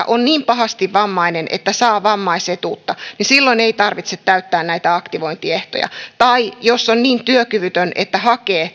on niin pahasti vammainen että saa vammaisetuutta niin silloin ei tarvitse täyttää näitä aktivointiehtoja tai jos on niin työkyvytön että hakee